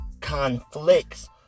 conflicts